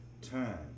time